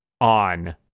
on